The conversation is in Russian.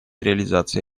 реализации